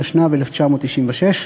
התשנ"ו 1996,